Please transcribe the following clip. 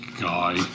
Guy